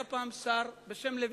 ומתברר שהיה פעם שר בשם לוין,